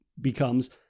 becomes